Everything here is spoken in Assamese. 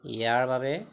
ইয়াৰ বাবে